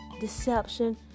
deception